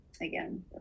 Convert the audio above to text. again